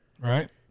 right